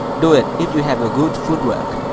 do it if you have ah good footwork.